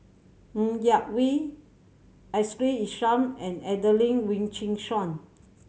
Ng Yak Whee Ashley Isham and Adelene Wee Chin Suan